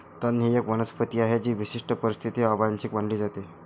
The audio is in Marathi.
तण ही एक वनस्पती आहे जी विशिष्ट परिस्थितीत अवांछित मानली जाते